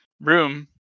room